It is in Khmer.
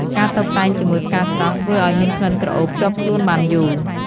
ការតុបតែងជាមួយផ្កាស្រស់ធ្វើអោយមានក្លិនក្រអូបជាប់ខ្លូនបានយូរ។